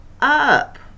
up